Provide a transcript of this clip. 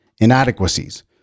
inadequacies